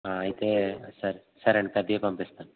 అయితే సరే సరే అండి పెద్దవి పంపిస్తాను